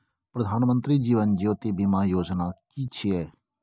प्रधानमंत्री जीवन ज्योति बीमा योजना कि छिए?